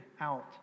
out